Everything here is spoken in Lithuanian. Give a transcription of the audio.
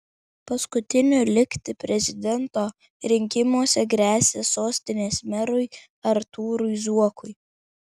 paskutiniu likti prezidento rinkimuose gresia sostinės merui artūrui zuokui